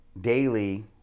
daily